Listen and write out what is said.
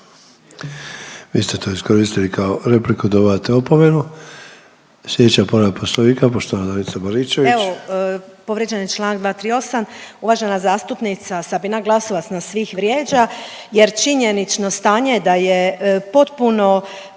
Vi ste to iskoristili kao repliku, dobivate opomenu. Sljedeća povreda POslvonika, poštovana Danica Baričević. **Baričević, Danica (HDZ)** Evo, povrijeđen je čl. 238. Uvažena zastupnica Sabina Glasovac nas svih vrijeđa jer činjenično stanje da je potpuno